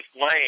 Lane